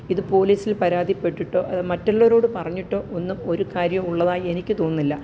ഇത് പോലീസില് പരാതിപ്പെട്ടിട്ടോ അത് മറ്റുള്ളവരോട് പറഞ്ഞിട്ടോ ഒന്നും ഒരു കാര്യവും ഉള്ളതായി എനിക്ക് തോന്നുന്നില്ല